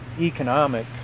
economic